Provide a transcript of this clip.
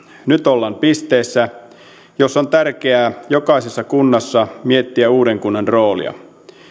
nyt ollaan pisteessä jossa on tärkeää jokaisessa kunnassa miettiä uuden kunnan roolia